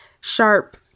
sharp